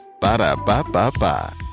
Ba-da-ba-ba-ba